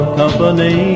company